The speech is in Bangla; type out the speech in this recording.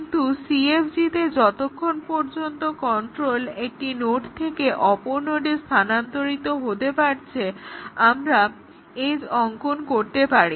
কিন্তু CFG তে যতক্ষণ পর্যন্ত কন্ট্রোল একটি নোড থেকে অপর নোডে স্থানান্তরিত হতে পারছে আমরা এজ অংকন করতে পারি